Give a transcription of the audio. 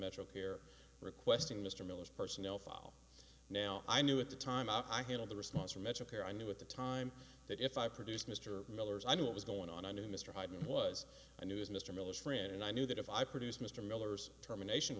here requesting mr miller's personnel file now i knew at the time i handled the response from medicare i knew at the time that if i produced mr miller's i knew what was going on i knew mr heideman was i knew as mr miller's friend and i knew that if i produced mr miller's termination